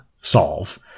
solve